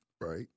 Right